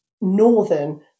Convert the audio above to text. northern